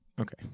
Okay